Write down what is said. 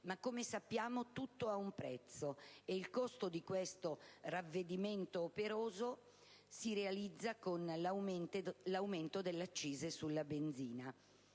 Come sappiamo, però, tutto ha un prezzo e il costo di questo ravvedimento operoso si realizza con l'aumento delle accise sulla benzina.